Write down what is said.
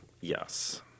Yes